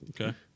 Okay